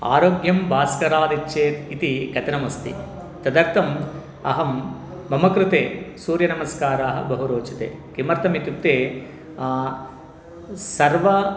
आरोग्यं भास्करादिच्छेत् इति कथनमस्ति तदर्थम् अहं मम कृते सूर्यनमस्काराः बहु रोचते किमर्थमित्युक्ते सर्वे